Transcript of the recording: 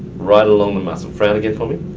right along the muscle. frown again for me.